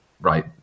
right